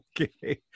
okay